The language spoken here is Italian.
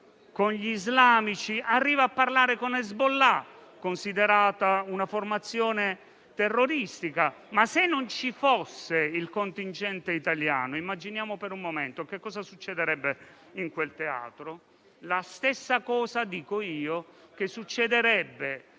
con gli islamici; arriva a parlare con Hezbollah, considerata una formazione terroristica. Ma se non ci fosse il contingente italiano, immaginiamo per un momento che cosa succederebbe in quel teatro. Accadrebbe la stessa cosa che accadrebbe